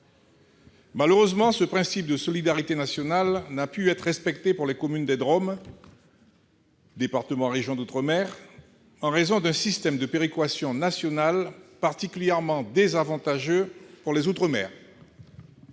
Malheureusement, ce principe de solidarité nationale n'a pu être respecté pour les communes des départements et régions d'outre-mer, les DROM, en raison d'un système de péréquation nationale particulièrement désavantageux pour les outre-mer.